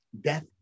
Death